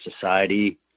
society